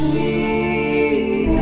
a